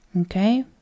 Okay